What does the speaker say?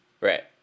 Right